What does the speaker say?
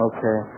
Okay